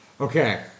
okay